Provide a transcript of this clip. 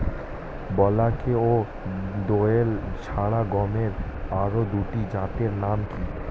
বলাকা ও দোয়েল ছাড়া গমের আরো দুটি জাতের নাম কি?